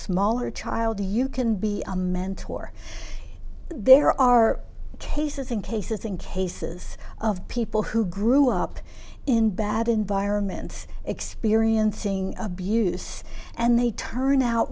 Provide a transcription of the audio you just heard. smaller child you can be a mentor there are cases in cases in cases of people who grew up in bad environments experiencing abuse and they turn out